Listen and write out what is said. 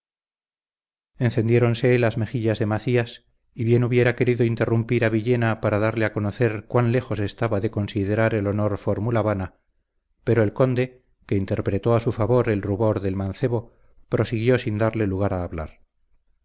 encendiéronse las mejillas de macías y bien hubiera querido interrumpir a villena para darle a conocer cuán lejos estaba de considerar el honor fórmula vana pero el conde que interpretó a su favor el rubor del mancebo prosiguió sin darle lugar a hablar